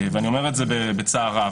לצורך